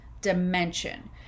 dimension